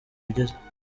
bigeze